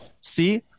See